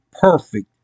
perfect